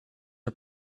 are